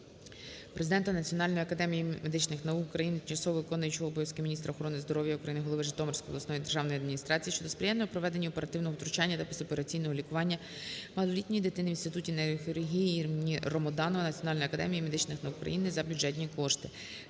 Президента Національної академії медичних наук України, тимчасово виконуючої обов'язки міністра охорони здоров'я України, голови Житомирської обласної державної адміністрації щодо сприяння у проведенні оперативного втручання та післяопераційного лікування малолітньої дитини в Інституті нейрохірургії іменіРомоданова Національної академії медичних наук України за бюджетні кошти.